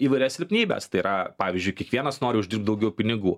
įvairias silpnybes tai yra pavyzdžiui kiekvienas nori uždirbt daugiau pinigų